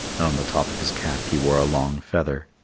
and on the top of his cap he wore a long feather.